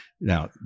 Now